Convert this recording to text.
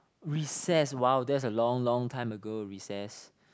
recess !wow! that's a long long time ago recess